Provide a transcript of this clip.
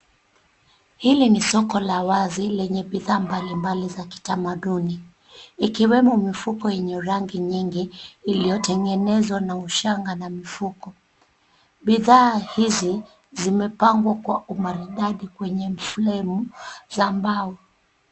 Hili ni soko la wazi lenye bidhaa mbalimbali za kitamaduni ikiwemo mfuko yenye rangi nyingi iliyotengenezwa na ushanga na mfuko. Bidhaa hizi zimepangwa kwa umaridadi kwenye fremu za mbao.